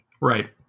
Right